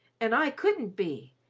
and i couldn't be.